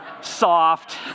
soft